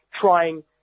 trying